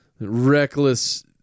Reckless